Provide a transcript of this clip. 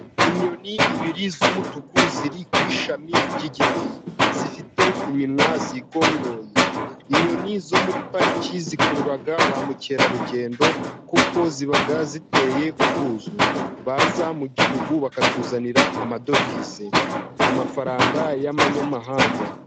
Inyoni ebyiri z'umutuku ziri ku ishami ry'igiti. Zifite iminwa yigondoye. Inyoni zo muri park zikurura bamukerarugendo kuko ziba ziteye ubwuzu. Baza mu gihugu bakatuzanira amadovize. Amafaranga y'amanyamahanga.